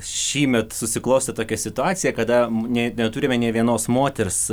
šįmet susiklostė tokia situacija kada nė neturime nė vienos moters